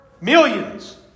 millions